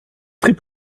très